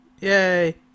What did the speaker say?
yay